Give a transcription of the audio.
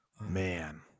man